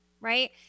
right